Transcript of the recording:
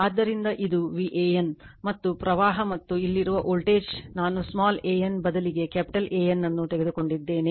ಆದ್ದರಿಂದ ಇದು ನನ್ನ VAN ಮತ್ತು ಪ್ರವಾಹ ಮತ್ತು ಇಲ್ಲಿರುವ ವೋಲ್ಟೇಜ್ ನಾನು ಸ್ಮಾಲ್ a n ಬದಲಿಗೆ ಕ್ಯಾಪಿಟಲ್ AN ಅನ್ನು ತೆಗೆದುಕೊಂಡಿದ್ದೇನೆ